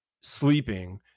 sleeping